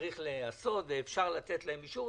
צריך להיעשות ואפשר לתת להם אישור,